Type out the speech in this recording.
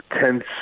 tense